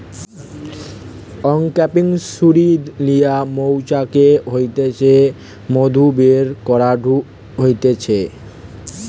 uncapping ছুরি লিয়া মৌচাক হইতে মধু বের করাঢু হতিছে